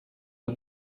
der